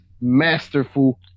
masterful